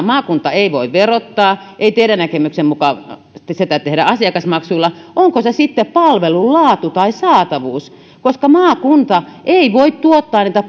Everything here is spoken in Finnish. maakunta ei voi verottaa sitä ei teidän näkemyksenne mukaan tehdä asiakasmaksuilla onko se sitten palvelun laatu tai saatavuus maakunta ei voi tuottaa niitä